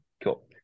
cool